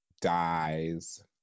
dies